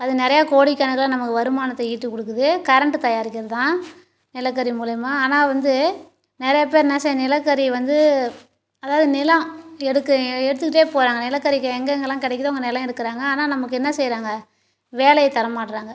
அது நிறையா கோடிக்கணக்கில் நமக்கு வருமானத்தை ஈட்டிக் கொடுக்குது கரண்ட்டு தயாரிக்கிறது தான் நிலக்கரி மூலியமாக ஆனால் வந்து நிறையா பேர் என்ன செ நிலக்கரியை வந்து அதாவது நிலம் எடுக்கு எடுத்துக்கிட்டே போகறாங்க நிலக்கரி எங்கெங்கலாம் கிடைக்குதோ அங்கே நிலம் எடுக்குறாங்க ஆனால் நமக்கு என்ன செய்யறாங்க வேலையை தரமாட்டுறாங்க